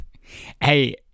Hey